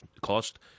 cost